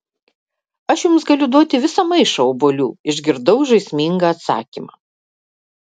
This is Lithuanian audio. aš jums galiu duoti visą maišą obuolių išgirdau žaismingą atsakymą